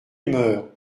humeur